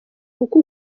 kuko